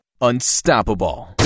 unstoppable